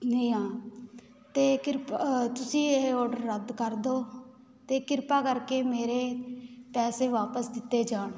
ਦੀ ਹਾਂ ਅਤੇ ਕਿਰਪਾ ਤੁਸੀਂ ਇਹ ਓਰਡਰ ਰੱਦ ਕਰ ਦਿਉ ਅਤੇ ਕਿਰਪਾ ਕਰਕੇ ਮੇਰੇ ਪੈਸੇ ਵਾਪਸ ਦਿੱਤੇ ਜਾਣ